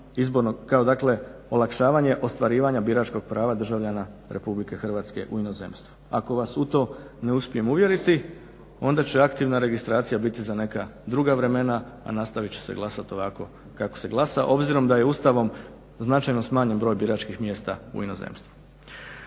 kao olakšavanje ostvarivanja biračkog prava državljana RH u inozemstvu. Ako vas u to ne uspijem uvjeriti onda će aktivna registracija biti za neka druga vremena, a nastavit će se glasati ovako kako se glasa obzirom da je Ustavom značajno smanjen broj biračkih mjesta u inozemstvu.